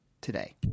today